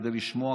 כדי לשמוע,